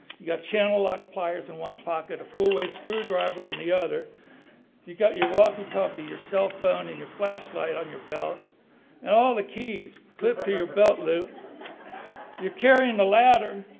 you've got channel lock pliers in one pocket a four way screwdriver and the other you got your walkie-talkie your cell phone and your flashlight on your belt and all the keys clip to your belt loop you're carrying the ladder